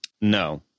No